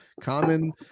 Common